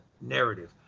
narrative